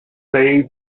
save